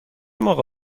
موقع